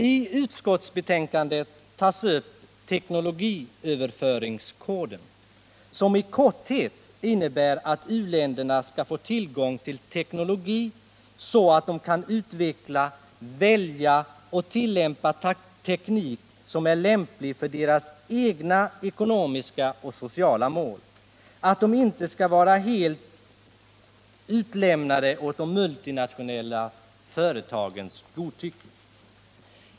I utskottsbetänkandet tas upp teknologiöverföringskoden, som i korthet innebär att u-länderna skall få tillgång till teknologi så att de kan utveckla, välja och tillämpa teknik som är lämplig för deras egna ekonomiska och sociala mål, att de inte skall vara helt utlämnade åt de multinationella företagens godtycke.